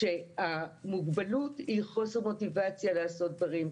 כאשר המוגבלות היא חוסר מוטיבציה לעשות דברים.